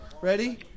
Ready